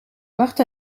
wacht